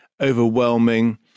overwhelming